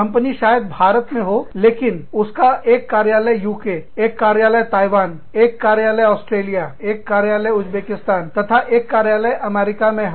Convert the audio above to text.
company शायद भारत में हो लेकिन इसका एक कार्यालय UK एक कार्यालय ताइवान एक कार्यालय ऑस्ट्रेलिया एक कार्यालय उज़्बेकिस्तान तथा एक कार्यालय अमेरिका मे हो